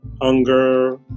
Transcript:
hunger